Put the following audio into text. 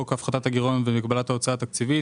חוק הפחתת הגירעון ומגבלת ההוצאה התקציבית